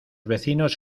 vecinos